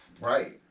Right